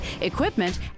equipment